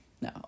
No